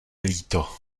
líto